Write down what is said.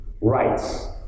rights